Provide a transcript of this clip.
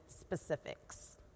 specifics